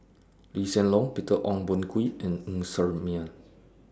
Lee Hsien Loong Peter Ong Boon Kwee and Ng Ser Miang